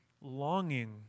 longing